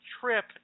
trip